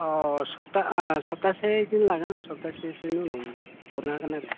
अ सप्तासे लागोन सप्तासेसोनि उनाव हरनो हागोन आरो